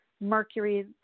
Mercury